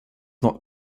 not